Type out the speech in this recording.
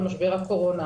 מבין.